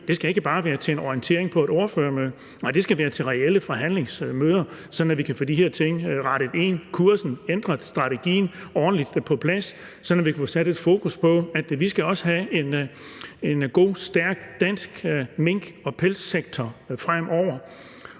Det skal ikke bare være til en orientering på et ordførermøde. Nej, det skal være til reelle forhandlingsmøder, sådan at vi kan få de her ting rettet ind, kursen ændret, strategien ordentligt på plads, sådan at vi kan få sat et fokus på, at vi også skal have en god, stærk og dansk mink- og pelssektor fremover.